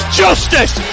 justice